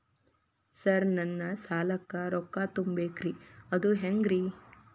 Sir ನನ್ನ ಸಾಲಕ್ಕ ರೊಕ್ಕ ತುಂಬೇಕ್ರಿ ಅದು ಹೆಂಗ್ರಿ?